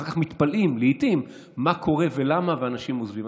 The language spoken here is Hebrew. ואחר כך מתפלאים לעיתים מה קורה ולמה ואנשים עוזבים.